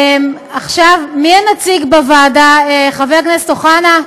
עכשיו, מי הנציג בוועדה, חבר הכנסת אוחנה,